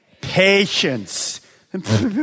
Patience